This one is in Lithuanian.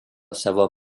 savo